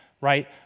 right